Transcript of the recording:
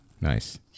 nice